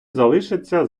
залишаться